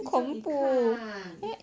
谁叫你看